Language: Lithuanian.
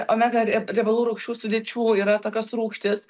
omega riebalų rūgščių sudėčių yra tokios rūgštys